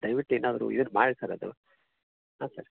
ದಯವಿಟ್ಟು ಏನಾದರು ಇದನ್ನ ಮಾಡಿ ಸರ್ ಅದು ಹಾಂ ಸರ್